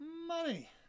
Money